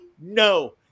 No